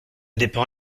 dépend